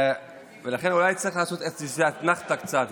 לכן אולי צריך לעשות איזו אתנחתה קצת.